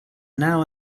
now